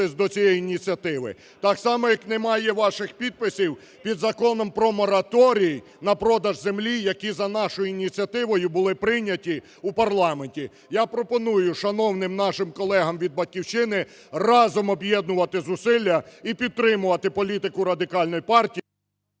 до цієї ініціативи. Так само як немає ваших підписів під законом про мораторій на продаж землі, які за нашою ініціативою були прийняті у парламенті. Я пропоную шановним нашим колегам від "Батьківщини" разом об'єднувати зусилля і підтримувати політику Радикальної партії…